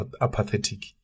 apathetic